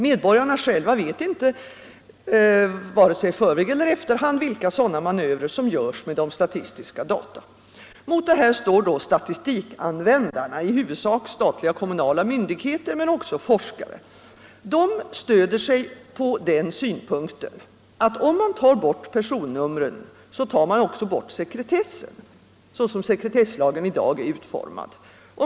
Medborgarna själva vet inte vare sig i förväg eller i efterhand vilka sådana manövrer som görs med statistisk data. Mot detta står då statistikanvändarna, i huvudsak statliga och kommunala myndigheter men också forskare. De stöder sig på den synpunkten att om man tar bort personnumren tar man också bort sekretessen såsom sekretesslagen i dag är utformad.